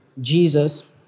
Jesus